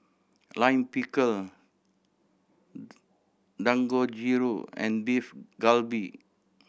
Lime Pickle Dangojiru and Beef Galbi